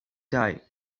die